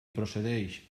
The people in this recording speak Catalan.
procedeix